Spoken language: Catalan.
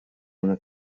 una